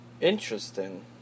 Interesting